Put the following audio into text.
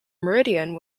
meridian